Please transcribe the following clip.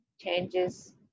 Changes